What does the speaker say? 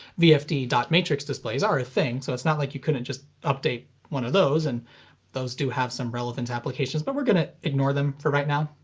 vfd dot matrix displays are a thing so it's not like you couldn't just update one of those, and those do have some relevant applications, but we're gonna ignore them for right now.